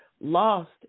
lost